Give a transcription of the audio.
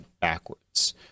backwards